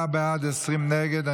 34 בעד, 20 נגד.